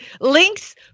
links